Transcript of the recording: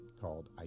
called